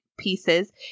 Pieces